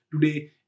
today